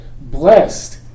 Blessed